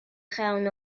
llawn